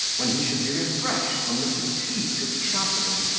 when he should be refreshed from the fatigue of travelling.